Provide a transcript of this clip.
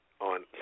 on